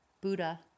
Buddha